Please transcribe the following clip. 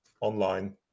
online